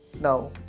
Now